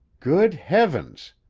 good heavens!